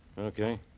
Okay